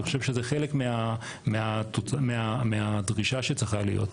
אני חושב שזה חלק מהדרישה שצריכה להיות.